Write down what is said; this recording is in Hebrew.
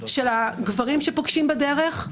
של הגברים שפוגשים בדרך.